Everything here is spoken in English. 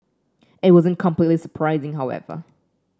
it wasn't completely surprising however